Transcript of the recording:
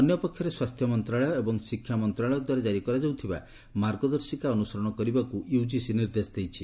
ଅନ୍ୟପକ୍ଷରେ ସ୍ୱାସ୍ଥ୍ୟ ମନ୍ତ୍ରଣାଳୟ ଏବଂ ଶିକ୍ଷା ମନ୍ତ୍ରଣାଳୟଦ୍ୱାରା କ୍ରାରି କରାଯାଉଥିବା ମାର୍ଗଦର୍ଶିକା ଅନୁସରଣ କରିବାକୁ ୟୁକିସି ନିର୍ଦ୍ଦେଶ ଦେଇଛି